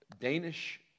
Danish